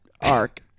arc